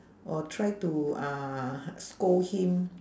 or try to uh scold him